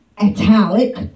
italic